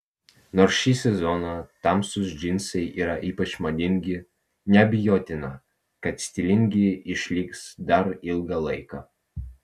nors šį sezoną tamsūs džinsai yra ypač madingi neabejotina kad stilingi išliks dar ilgą laiką